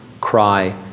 cry